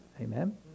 amen